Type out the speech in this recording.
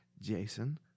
Jason